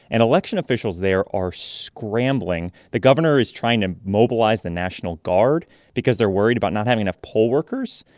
and election officials there are scrambling the governor is trying to mobilize the national guard because they're worried about not having enough poll workers.